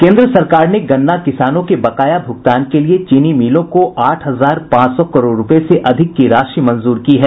केन्द्र सरकार ने गन्ना किसानों के बकाया भुगतान के लिए चीनी मिलों को आठ हजार पांच सौ करोड़ रुपये से अधिक की राशि मंजूर की है